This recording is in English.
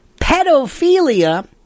Pedophilia